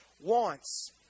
wants